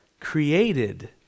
created